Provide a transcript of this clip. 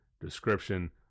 description